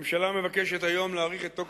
הממשלה מבקשת היום להאריך את תוקף החוק,